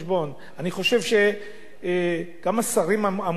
אני חושב שגם השרים האמונים על הדבר